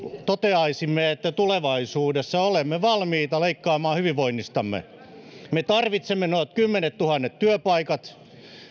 toteaisimme että tulevaisuudessa olemme valmiita leikkaamaan hyvinvoinnistamme me tarvitsemme nuo kymmenettuhannet työpaikat